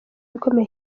ikomeye